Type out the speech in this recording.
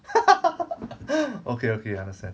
okay okay understand